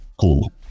cool